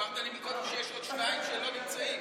אמרת לי קודם שיש עוד שניים שלא נמצאים.